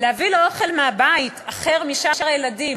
להביא לו אוכל מהבית, אחר משאר הילדים?